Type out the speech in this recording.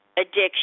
addiction